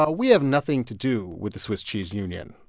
ah we have nothing to do with the swiss cheese union.